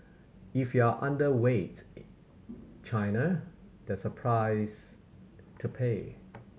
if you are underweight China there's a price to pay